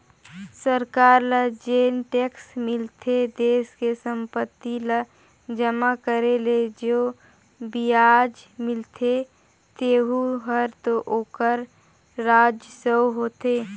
सरकार ल जेन टेक्स मिलथे देस के संपत्ति ल जमा करे ले जो बियाज मिलथें तेहू हर तो ओखर राजस्व होथे